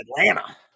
Atlanta